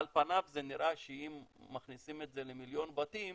על פניו זה נראה שאם מכניסים את זה למיליון בתים